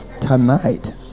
tonight